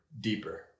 deeper